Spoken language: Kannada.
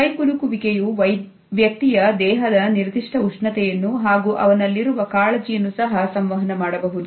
ಕೈಕುಲುಕುವಿಕೆಯು ವ್ಯಕ್ತಿಯ ದೇಹದ ನಿರ್ದಿಷ್ಟ ಉಷ್ಣತೆಯನ್ನು ಹಾಗೂ ಅವನಲ್ಲಿರುವ ಕಾಳಜಿಯನ್ನು ಸಹ ಸಂವಹನ ಮಾಡಬಹುದು